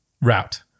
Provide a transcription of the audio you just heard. route